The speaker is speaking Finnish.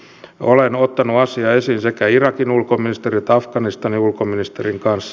olen ottanut asian esiin sekä irakin ulkoministerin että afganistanin ulkoministerin kanssa